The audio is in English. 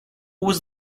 was